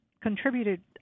contributed